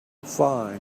fine